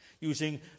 Using